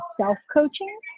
self-coaching